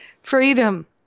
Freedom